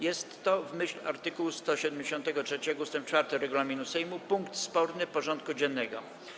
Jest to, w myśl art. 173 ust. 4 regulaminu Sejmu, punkt sporny porządku dziennego.